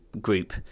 group